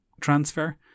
transfer